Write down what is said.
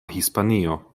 hispanio